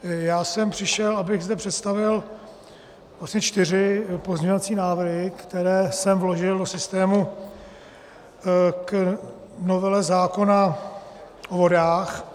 Já jsem přišel, abych zde představil vlastně čtyři pozměňovací návrhy, které jsem vložil do systému k novele zákona o vodách.